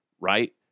Right